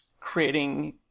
creating